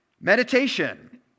Meditation